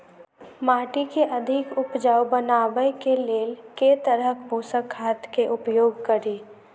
माटि केँ अधिक उपजाउ बनाबय केँ लेल केँ तरहक पोसक खाद केँ उपयोग करि?